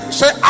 say